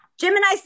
Gemini